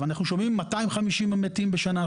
אנחנו שומעים 250 מתים בשנה,